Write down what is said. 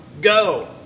Go